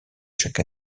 chaque